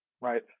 right